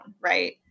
right